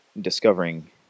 discovering